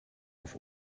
auf